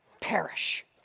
Perish